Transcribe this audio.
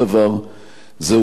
זהו לקח נוסף,